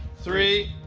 three.